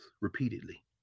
repeatedly